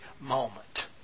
moment